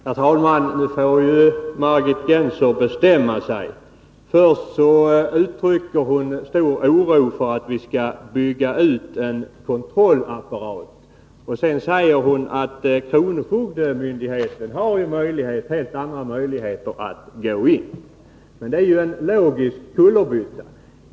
Herr talman! Margit Gennser får bestämma sig. Först uttrycker hon stor oro för att vi skall bygga ut en kontrollapparat. Sedan säger hon att kronofogdemyndigheten ju har helt andra möjligheter att gå in. Det är ju en logisk kullerbytta.